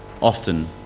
often